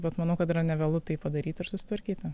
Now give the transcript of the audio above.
bet manau kad yra nevėlu tai padaryti ir susitvarkyti